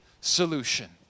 solution